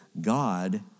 God